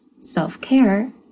self-care